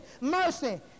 mercy